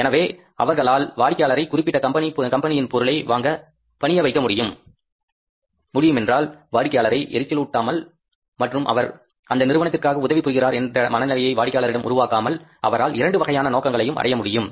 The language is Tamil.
எனவே அவரால் வாடிக்கையாளரை குறிப்பிட்ட கம்பெனியின் பொருளை வாங்க பணிய வைக்க முடியுமென்றால் வாடிக்கையாளரை எரிச்சலூட்டாமல் மற்றும் அவர் அந்த நிறுவனத்திற்காக உதவி புரிகின்றார் என்ற மனநிலையை வாடிக்கையாளரிடம் உருவாக்காமல் அவரால் இரண்டு வகையான நோக்கங்களையும் அடைய முடியும்